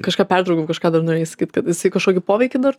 kažką pertraukiau kažką dar norėjai sakyt kaip jisai kažkokį poveikį dar